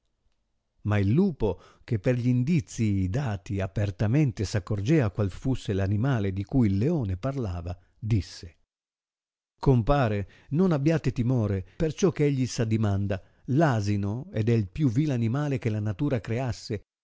ma il lupo che per gli indizii dati apertamente s accorgea qual fusse l'animale di cui il leone parlava disse compare non abbiate timore perciò che egli s addimanda l asino ed è il più vile animale che la natura creasse